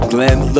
Glenn